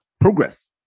Progress